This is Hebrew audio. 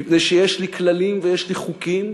מפני שיש לי כללים ויש לי חוקים,